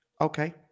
Okay